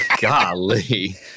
Golly